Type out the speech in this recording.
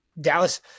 Dallas